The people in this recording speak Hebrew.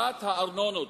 העברת ארנונות